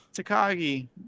Takagi